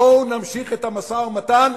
בואו נמשיך את המשא-ומתן,